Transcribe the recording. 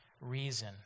reason